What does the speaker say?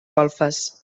golfes